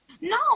No